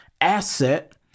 asset